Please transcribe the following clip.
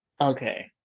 Okay